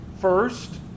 First